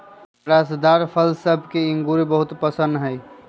हमरा रसदार फल सभ में इंगूर बहुरे पशिन्न हइ